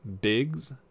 Biggs